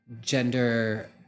gender